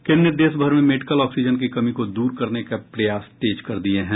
केन्द्र ने देश भर में मेडिकल ऑक्सीजन की कमी को दूर करने के प्रयास तेज कर दिए हैं